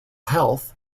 health